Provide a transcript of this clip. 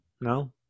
No